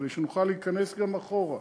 כדי שנוכל להיכנס גם אחורה.